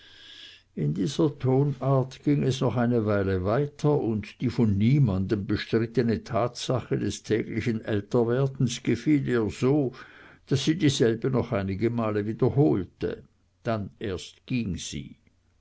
in dieser tonart ging es noch eine weile weiter und die von niemandem bestrittene tatsache des täglichen älterwerdens gefiel ihr so daß sie dieselbe noch einige male wiederholte dann erst ging sie